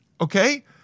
okay